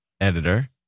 editor